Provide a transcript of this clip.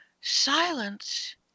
silence